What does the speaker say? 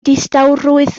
distawrwydd